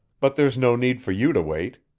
but there's no need for you to wait.